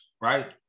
right